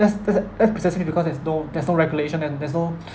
that's that's that's precisely because there's no there's no regulation and there's no